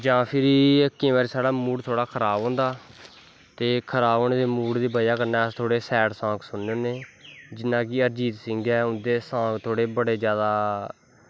जां केंई बारी फिरी साढ़ा मूड़ खराब होंदा ते खराब होनें दी मूड़ दी बज़ा कन्नै अस थोह्ड़े सैड़ सांग सुननें होनें जियां कि अरजीत सिंह गै उंदे सांग बड़े जादा